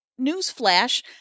newsflash